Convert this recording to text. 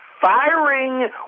firing